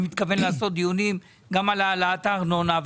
אני מתכוון לעשות דיונים גם על העלאת הארנונה,